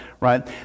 right